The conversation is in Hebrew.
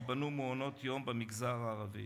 ייבנו מעונות יום במגזר הערבי,